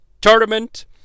tournament